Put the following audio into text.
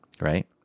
right